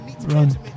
run